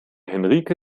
henrike